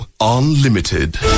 Unlimited